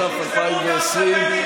התש"ף 2020,